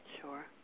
Sure